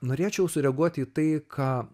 norėčiau sureaguoti į tai ką